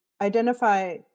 identify